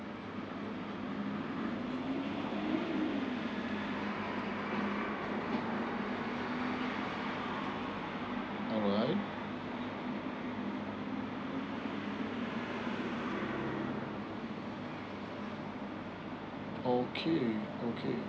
alright okay okay